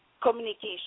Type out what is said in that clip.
communication